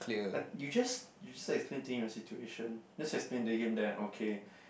I you just you just explain to him the situation just explain to him that okay